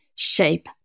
shape